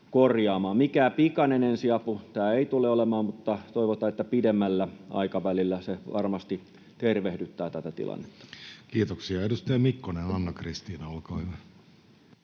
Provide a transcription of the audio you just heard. Mikään pikainen ensiapu tämä ei tule olemaan, mutta toivotaan, että pidemmällä aikavälillä se varmasti tervehdyttää tätä tilannetta. Kiitoksia. — Edustaja Mikkonen, Anna-Kristiina, olkaa hyvä.